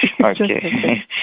Okay